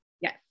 Yes